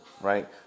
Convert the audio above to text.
right